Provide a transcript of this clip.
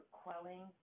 quelling